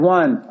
one